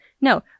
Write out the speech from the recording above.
no